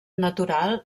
natural